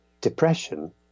depression